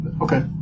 Okay